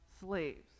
slaves